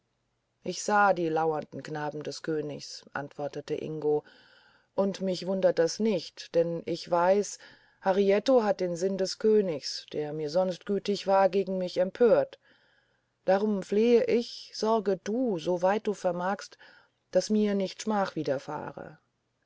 ich sah lauernde knaben des königs antwortete ingo und mich verwundert das nicht denn ich weiß harietto hat den sinn des königs der mir sonst gütig war gegen mich empört darum flehe ich sorge du soweit du vermagst daß mir nicht schmach widerfahre